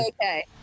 Okay